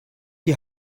die